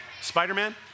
Spider-Man